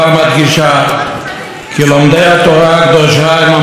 הם המגינים על כלל ישראל מפגעי הזמן בכל הדורות.